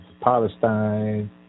Palestine